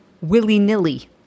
willy-nilly